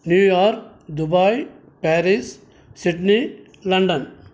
New York Dubai Paris Sydney London